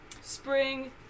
spring